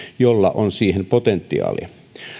jolla on siihen potentiaalia